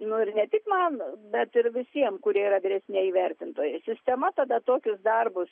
nu ir ne tik man bet ir visiem kurie yra vyresnieji vertintojai sistema tada tokius darbus